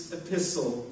epistle